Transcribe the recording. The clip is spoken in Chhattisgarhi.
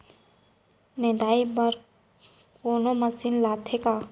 निंदाई बर कोनो मशीन आथे का?